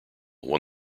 won